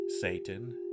Satan